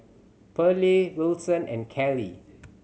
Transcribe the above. Perley Wilson and Kelley